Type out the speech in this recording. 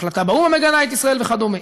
החלטה באו"ם המגנה את ישראל וכדומה.